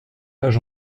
âge